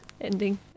ending